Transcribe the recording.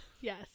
Yes